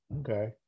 Okay